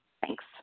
Thanks